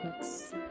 books